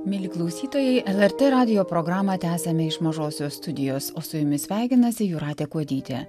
mieli klausytojai lrt radijo programą tęsiame iš mažosios studijos o su jumis sveikinasi jūratė kuodytė